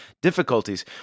difficulties